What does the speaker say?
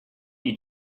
you